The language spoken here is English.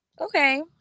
Okay